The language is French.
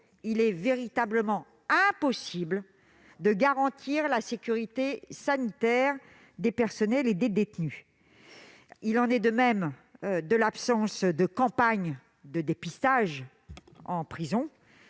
il est véritablement impossible de garantir la sécurité sanitaire des personnels et des détenus. Il en est de même s'agissant de l'absence de campagnes de dépistage en prison,